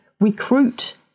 recruit